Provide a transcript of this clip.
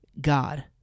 God